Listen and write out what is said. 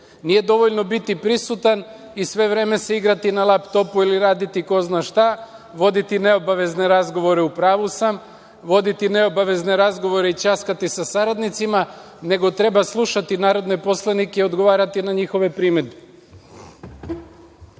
Nije dovoljno biti prisutan i sve vreme se igrati na laptopu ili raditi ko zna šta, voditi neobavezne razgovore u pravu sam, voditi neobavezne razgovore i ćaskati sa saradnicima, nego treba slušati narodne poslanike i odgovarati na njihove primedbe.